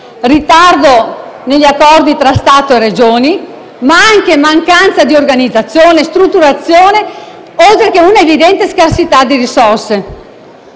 Ritardo negli accordi tra Stato e Regioni, ma anche mancanza di organizzazione e strutturazione, oltre che un'evidente scarsità di risorse.